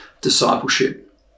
discipleship